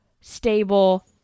stable